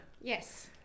Yes